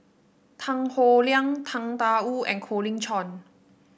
Tan Howe Liang Tang Da Wu and Colin Cheong